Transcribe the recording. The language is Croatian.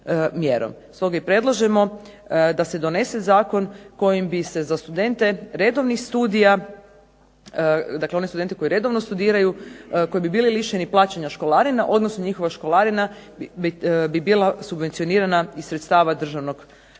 Stoga i predlažemo da se donese zakon kojim bi se za studente redovnih studija, dakle one studente koji redovno studiraju, koji bi bili lišeni plaćanja školarina, odnosno njihova školarina bi bila subvencionirana iz sredstava državnog proračuna.